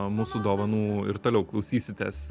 mūsų dovanų ir toliau klausysitės